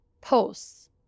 posts